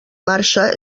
marxa